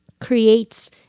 creates